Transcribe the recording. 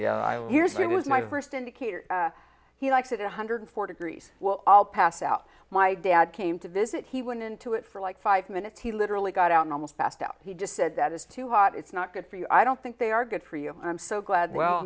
so here's that was my first indicator he liked it one hundred four degrees will all pass out my dad came to visit he went into it for like five minutes he literally got out and almost passed out he just said that is too hot it's not good for you i don't think they are good for you i'm so glad well